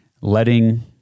letting